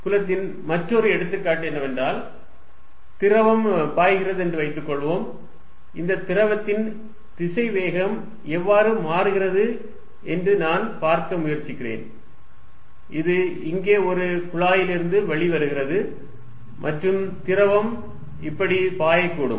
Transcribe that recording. புலத்தின் மற்றொரு எடுத்துக்காட்டு என்னவென்றால் திரவம் பாய்கிறது என்று வைத்துக்கொள்வோம் இந்த திரவத்தின் திசைவேகம் எவ்வாறு மாறுகிறது என்று நான் பார்க்க முயற்சிக்கிறேன் இது இங்கே ஒரு குழாயிலிருந்து வெளிவருகிறது மற்றும் திரவம் இப்படி பாயக்கூடும்